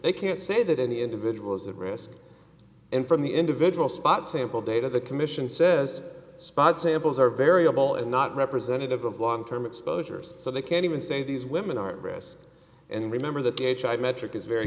they can't say that any individual is at risk and from the individual spot sample data the commission says spot samples are variable and not representative of long term exposures so they can even say these women are risk and remember that the hiv metric is very